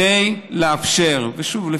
שוב,